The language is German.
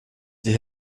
die